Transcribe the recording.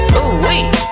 Ooh-wee